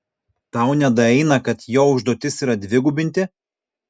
tau nedaeina kad jo užduotis yra dvigubinti